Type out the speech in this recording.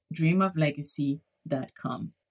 dreamoflegacy.com